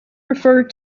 referred